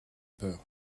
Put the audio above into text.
peur